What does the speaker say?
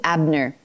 Abner